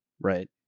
Right